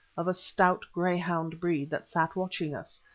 of a stout greyhound breed, that sat watching us,